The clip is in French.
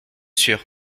sûr